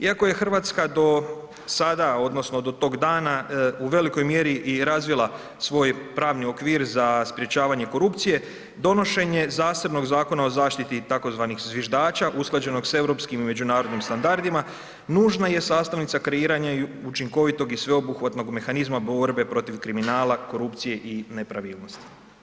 Iako je RH do sada odnosno do tog dana u velikoj mjeri i razvila svoj pravni okvir za sprječavanje korupcije, donošenje zasebnog Zakona o zaštiti tzv. zviždača usklađenog s europskim i međunarodnim standardima nužna je sastavnica kreiranja i učinkovitog i sveobuhvatnog mehanizma borbe protiv kriminala, korupcije i nepravilnosti.